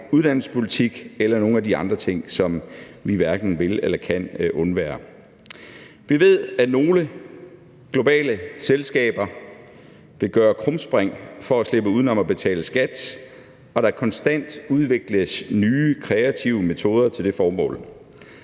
uddannelsespolitik eller nogle af de andre ting, som vi hverken vil eller kan undvære. Vi ved, at nogle globale selskaber vil gøre krumspring for at slippe uden om at betale skat, og at der konstant udvikles nye kreative metoder til det formål.